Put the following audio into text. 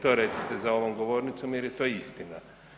To .../nerazumljivo/... to recite za ovom govornicom jer je to istina.